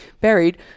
buried